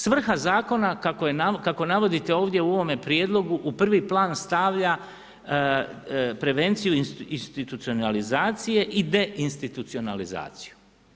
Svrha zakona kako navodite ovdje u ovome Prijedlogu u prvi plan stavlja prevenciju institucionalizacije i deinstitucionalizaciju.